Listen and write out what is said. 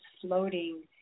floating